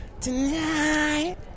Tonight